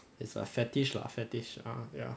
it's a fetish lah fetish ah ya